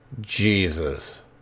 Jesus